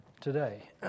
today